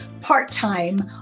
part-time